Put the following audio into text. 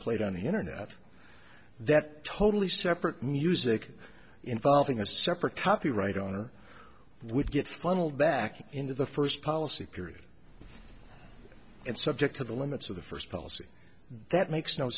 played on the internet that totally separate music involving a separate copyright owner would get funneled back into the first policy period and subject to the limits of the first policy that makes no